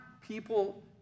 people